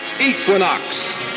Equinox